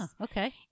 okay